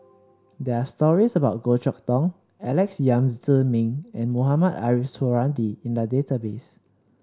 there are stories about Goh Chok Tong Alex Yam Ziming and Mohamed Ariff Suradi in the database